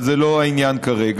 אבל זה לא העניין כרגע.